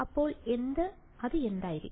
അപ്പോൾ അത് എന്തായിരിക്കും